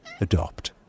Adopt